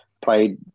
played